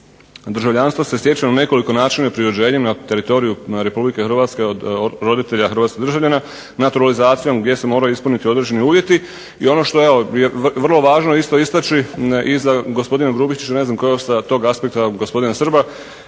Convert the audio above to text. državljanstvo se stječe na nekoliko načina i pri rođenjem na teritoriju RH, od roditelja hrvatskih državljana, naturalizacijom gdje se moraju ispuniti određeni uvjeti. I ono što je evo vrlo važno isto istaći i za gospodina Grubišića i ne znam tko je još s tog aspekta, gospodina Srba,